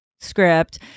script